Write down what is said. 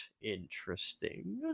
interesting